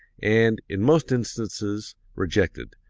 and, in most instances, rejected,